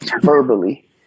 verbally